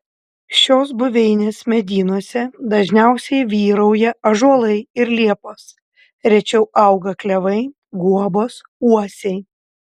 šios buveinės medynuose dažniausiai vyrauja ąžuolai ir liepos rečiau auga klevai guobos uosiai